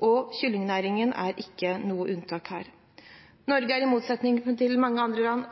og kyllingnæringen er ikke noe unntak her. Norge har i motsetning til mange andre land